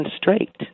straight